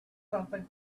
something